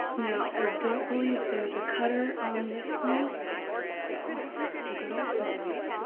now i don't believe there's a cutter on this one so the good old scissors